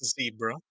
zebra